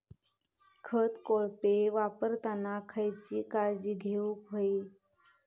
खत कोळपे वापरताना खयची काळजी घेऊक व्हयी?